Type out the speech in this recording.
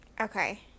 okay